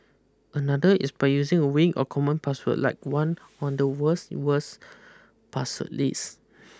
another is by using a weak or common password like one on the worst worst password list